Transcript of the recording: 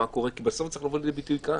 מה קורה, כי זה צריך לבוא לידי ביטוי כאן.